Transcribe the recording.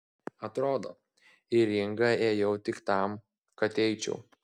atrodo į ringą ėjau tik tam kad eičiau